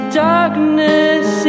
darkness